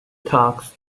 talks